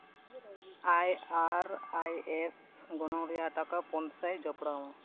I R I S ᱜᱚᱱᱚᱝ ᱨᱮᱭᱟᱜ ᱴᱟᱠᱟ ᱯᱩᱱ ᱥᱟᱭ ᱡᱚᱯᱲᱟᱣ ᱢᱮ